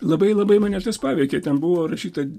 labai labai mane paveikė ten buvo rašyta